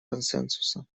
консенсуса